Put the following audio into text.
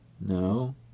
No